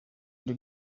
ndi